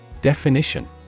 Definition